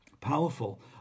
powerful